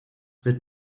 wird